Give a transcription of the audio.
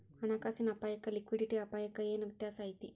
ಹಣ ಕಾಸಿನ್ ಅಪ್ಪಾಯಕ್ಕ ಲಿಕ್ವಿಡಿಟಿ ಅಪಾಯಕ್ಕ ಏನ್ ವ್ಯತ್ಯಾಸಾ ಐತಿ?